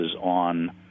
on